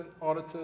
auditor